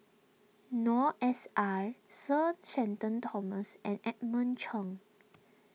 Noor S I Sir Shenton Thomas and Edmund Cheng